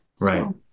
Right